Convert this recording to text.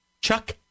Chuck